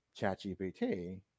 ChatGPT